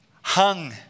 hung